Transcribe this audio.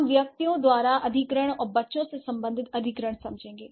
हम व्यक्तियों द्वारा अधिग्रहण और बच्चों से संबंधित अधिग्रहण समझेंगे